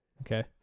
Okay